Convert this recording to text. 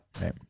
Right